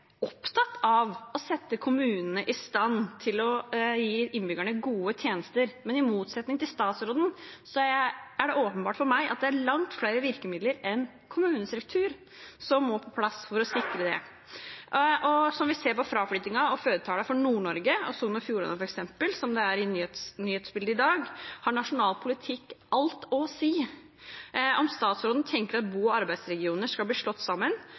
opptatt av å sette kommunene i stand til å gi innbyggerne gode tjenester, men i motsetning til statsråden er det åpenbart for meg at det er langt flere virkemidler enn kommunestruktur som må på plass for å sikre det. Som vi ser på fraflyttingen og fødetallene for Nord-Norge og Sogn og Fjordane, f.eks., som er i nyhetsbildet i dag, har nasjonal politikk alt å si. Om statsråden tenker at bo- og arbeidsregioner skal